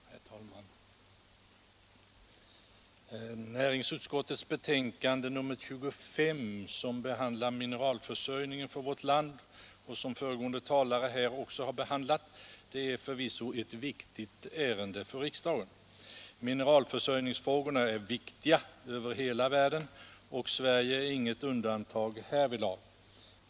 Herr talman! Näringsutskottets betänkande nr 25 som behandlar mineralförsörjningen för vårt land är förvisso ett viktigt ärende för riksdagen. Mineralförsörjningsfrågorna är viktiga över hela världen, och Sverige är inget undantag härvidlag.